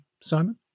Simon